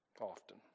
often